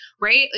right